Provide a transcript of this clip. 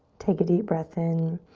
take a deep breath in.